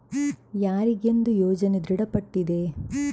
ಯಾರಿಗೆಂದು ಯೋಜನೆ ದೃಢಪಟ್ಟಿದೆ?